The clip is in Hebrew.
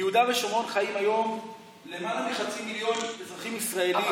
ביהודה ושומרון חיים היום למעלה מחצי מיליון אזרחים ישראלים.